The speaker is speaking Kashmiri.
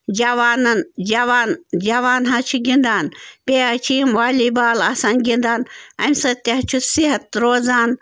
جَوانَن جَوان جَوان حظ چھِ گِنٛدان بیٚیہِ حظ چھِ یِم والی بال آسان گِنٛدان امہِ سۭتۍ تہِ حظ چھُ صحت روزان